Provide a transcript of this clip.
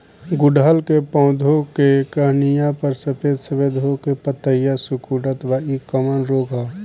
गुड़हल के पधौ के टहनियाँ पर सफेद सफेद हो के पतईया सुकुड़त बा इ कवन रोग ह?